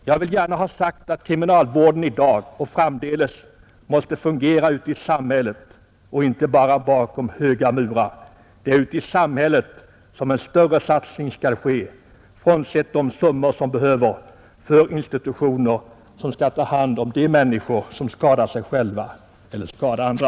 Jag vill gärna ha sagt att kriminalvården i dag och framdeles måste fungera ute i samhället och inte bara bakom höga murar. Det är ute i samhället som en större satsning skall ske, frånsett de summor som behövs för institutioner vilka skall ta hand om de människor som skadar sig själva eller skadar andra.